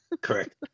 Correct